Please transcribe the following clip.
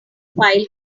file